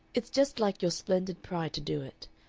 it's just like your splendid pride to do it.